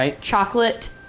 chocolate